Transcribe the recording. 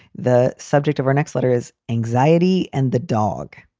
the subject of our next letter is anxiety and the dog.